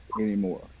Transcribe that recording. Anymore